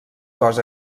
cos